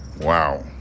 Wow